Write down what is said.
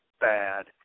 bad